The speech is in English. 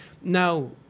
Now